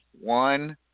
one